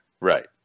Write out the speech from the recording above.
Right